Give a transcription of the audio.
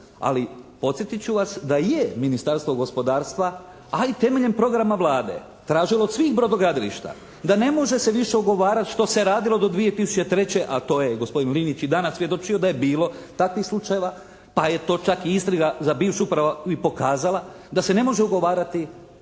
Ali podsjetit ću vas, da je Ministarstvo gospodarstva a i temeljem programa Vlade tražilo od svih brodogradilišta da ne može se više ogovarati što se radilo do 2003. a to je gospodin Linić i danas svjedočio da je bilo takvih slučajeva, pa je to čak istraga za bivšu upravu i pokazala da se ne može ugovarati